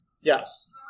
Yes